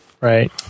Right